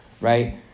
right